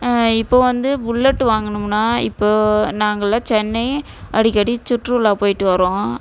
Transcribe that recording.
இப்போது வந்து புல்லெட்டு வாங்கணும்னா இப்போது நாங்கெல்லாம் சென்னை அடிக்கடி சுற்றுலா போயிட்டு வரோம்